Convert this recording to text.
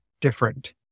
different